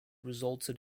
resulted